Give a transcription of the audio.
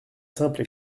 simple